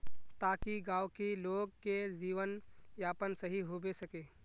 ताकि गाँव की लोग के जीवन यापन सही होबे सके?